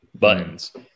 buttons